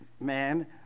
man